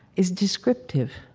is descriptive.